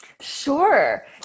Sure